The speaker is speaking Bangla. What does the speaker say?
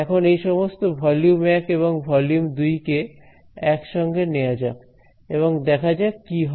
এখন এই সমস্ত ভলিউম 1 এবং ভলিউম 2 কে একসঙ্গে নেওয়া যাক এবং দেখা যাক কি হয়